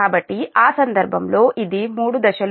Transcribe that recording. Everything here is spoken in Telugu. కాబట్టి ఆ సందర్భంలో ఇది మూడు దశలు